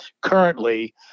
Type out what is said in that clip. currently